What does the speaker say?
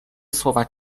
słowa